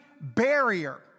barrier